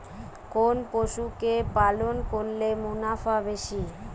কোন পশু কে পালন করলে মুনাফা বেশি?